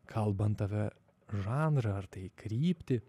kalbant apie žanrą ar tai kryptį